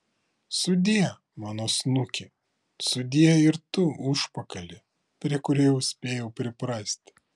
sudie mano snuki sudie ir tu užpakali prie kurio jau spėjau priprasti